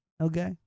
okay